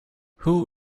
who